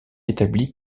établie